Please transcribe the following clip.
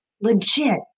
Legit